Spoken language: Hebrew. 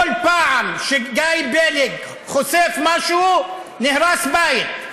כל פעם שגיא פלג חושף משהו, נהרס בית.